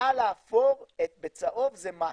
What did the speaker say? ומעל האפור בצהוב זה מס.